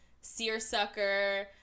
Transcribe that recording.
seersucker